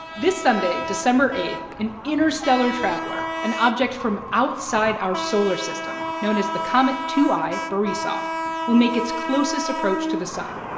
this sunday, december eight, an interstellar traveler an object from outside our solar system known as the comet two i borisov will make its closest approach to the sun.